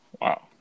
Wow